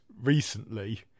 recently